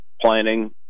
planning